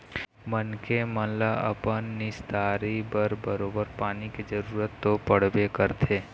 मनखे मन ल अपन निस्तारी बर बरोबर पानी के जरुरत तो पड़बे करथे